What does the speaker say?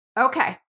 Okay